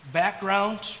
background